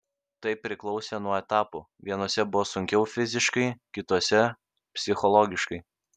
tai priklausė nuo etapų vienuose buvo sunkiau fiziškai kituose psichologiškai